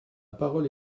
parole